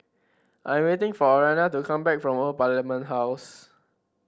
I am waiting for Aryanna to come back from Old Parliament House